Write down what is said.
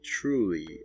truly